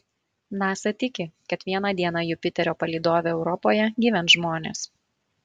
nasa tiki kad vieną dieną jupiterio palydove europoje gyvens žmonės